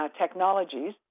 Technologies